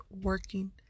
working